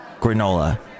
granola